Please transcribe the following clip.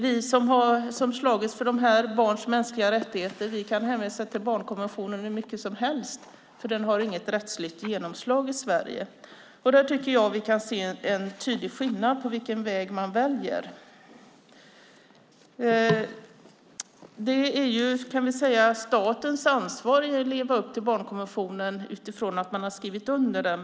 Vi som har slagits för de här barnens mänskliga rättigheter kan hänvisa till barnkonventionen hur mycket som helst, men den har inget rättsligt genomslag i Sverige. Där tycker jag att vi kan se en tydlig skillnad när det gäller vilken väg man väljer. Det är statens ansvar att leva upp till barnkonventionen utifrån att man har skrivit under den.